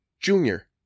Junior